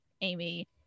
Amy